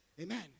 Amen